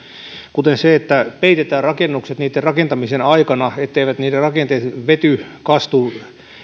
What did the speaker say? kuten se että peitetään rakennukset niitten rakentamisen aikana etteivät niiden rakenteet vety kastu